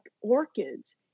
orchids